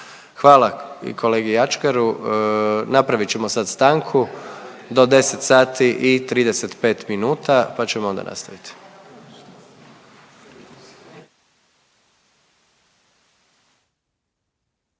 Hvala i kolegi Ačkaru napravit ćemo sad stanku do 10 sati i 35 minuta ćemo onda nastavit.